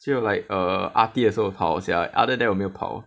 只有 like err R_T 的时候跑 sia other then 我没有跑